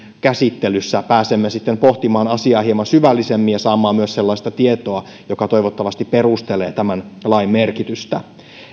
käsittelyssä pääsemme sitten pohtimaan asiaa hieman syvällisemmin ja saamme myös sellaista tietoa joka toivottavasti perustelee tämän lain merkitystä